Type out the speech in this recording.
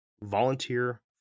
Volunteer